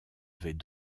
avaient